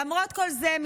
למרות כל זה,